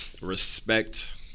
respect